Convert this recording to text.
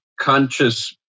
conscious